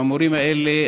עם המורים האלה,